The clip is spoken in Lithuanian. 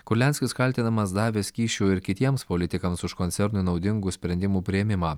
kurlianskis kaltinamas davęs kyšių ir kitiems politikams už koncernui naudingų sprendimų priėmimą